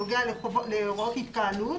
שנוגע להוראות התקהלות,